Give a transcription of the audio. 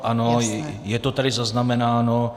Ano, je to tady zaznamenáno.